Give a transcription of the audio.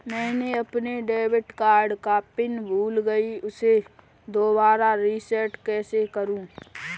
मैंने अपने debit card का पिन भूल गई, उसे दोबारा रीसेट कैसे करूँ?